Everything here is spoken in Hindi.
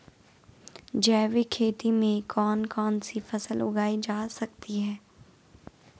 जैविक खेती में कौन कौन सी फसल उगाई जा सकती है?